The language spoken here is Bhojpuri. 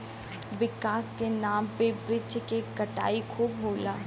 विकास के नाम पे वृक्ष के कटाई खूब होला